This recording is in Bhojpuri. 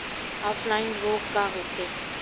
ऑफलाइन रोग का होखे?